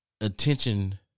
attention